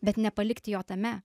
bet nepalikti jo tame